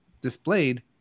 displayed